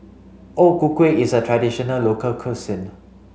O Ku Kueh is a traditional local cuisine